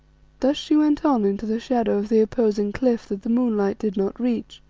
thus she went on into the shadow of the opposing cliff that the moonlight did not reach.